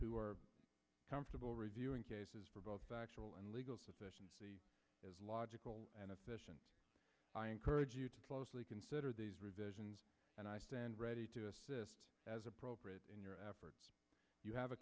who are comfortable reviewing cases for both factual and legal sufficiency as logical and i encourage you to closely consider these revisions and i stand ready to assist as appropriate in your efforts you have a